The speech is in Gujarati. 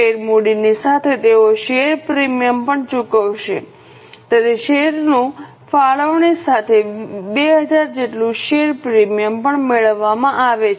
શેર મૂડીની સાથે તેઓ શેર પ્રીમિયમ પણ ચૂકવશે તેથી શેરનું ફાળવણી સાથે 2000 જેટલું શેર પ્રીમિયમ પણ મેળવવામાં આવે છે